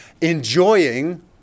enjoying